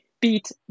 beat